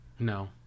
No